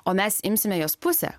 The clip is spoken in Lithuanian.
o mes imsime jos pusę